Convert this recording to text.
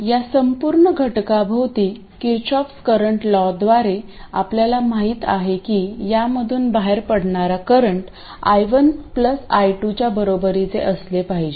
आणि या संपूर्ण घटकाभोवती किर्चॉफस् करंट लॉद्वारेKirchhoff's current law आपल्याला माहित आहे की यामधून बाहेर पडणारा करंट I1 I2 च्या बरोबरीचे असले पाहिजे